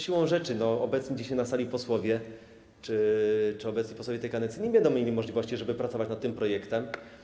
Siłą rzeczy obecni dzisiaj na sali posłowie, czyli obecni posłowie tej kadencji, nie będą mieli możliwości pracować nad tym projektem.